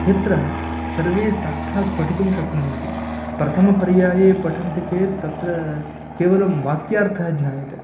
यत्र सर्वे साक्षात् पठितुं शक्नुवन्ति प्रथमपर्याये पठन्ति चेत् तत्र केवलं वाख्यार्थः ज्ञायते